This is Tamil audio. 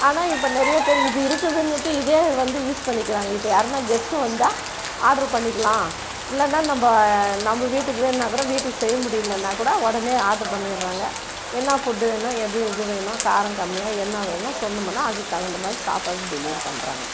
ஆனால் இப்போ நிறைய பேர் இது இருக்குதுனுட்டு இதே வந்து யூஸ் பண்ணிக்கிறாங்கள் இப்போ யாருனால் கெஸ்ட்டு வந்தால் ஆட்ரு பண்ணிக்கலாம் இல்லைனா நம்ம நம்ம வீட்டுக்கு வேணுன்னாக்கூட வீட்டுக்கு செய்ய முடியலனாக்கூட உடனே ஆட்ரு பண்ணிடுறாங்க என்ன ஃபுட்டு வேணும் எது எதுவேணுமோ காரம் கம்மியாக என்ன வேணுமோ சொன்னோமுன்னா அதுக்கு தகுந்தமாதிரி சாப்பாடு டெலிவரி பண்ணுறாங்க